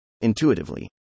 Intuitively